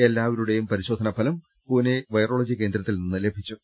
എല്ലാവരുടേയും പരിശോധനാ ഫലം പുനെ വൈറോളജി കേന്ദ്രത്തിൽ നിന്ന് ലഭിച്ചു